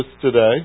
today